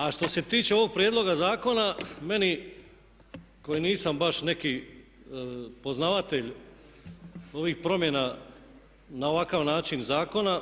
A što se tiče ovog prijedloga zakona meni koji nisam baš neki poznavatelj ovih promjena na ovakav način zakona